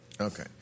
Okay